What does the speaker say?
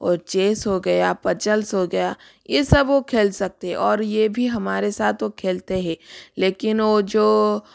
और चेस हो गया पजल्स हो गया ये सब वो खेल सकते हैं और ये भी हमारे सात वो खेलते हैं लेकिन वो जो